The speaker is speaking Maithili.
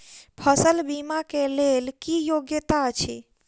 फसल बीमा केँ लेल की योग्यता अछि?